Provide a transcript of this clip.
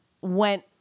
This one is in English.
went